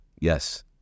Yes